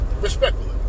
respectfully